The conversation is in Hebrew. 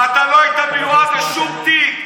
ואתה לא היית מיועד לשום תיק.